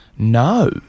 No